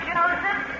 Joseph